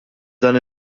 dan